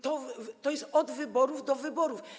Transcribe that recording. Tak jest od wyborów do wyborów.